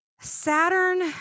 Saturn